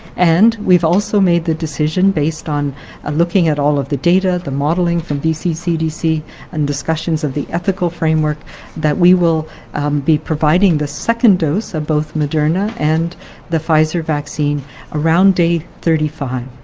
and we've also made the decision, based on looking at all of the data, the modelling from bccdc and discussions of the ethical framework that we will be providing the second dose of both moderna and the pfizer vaccine around day thirty five.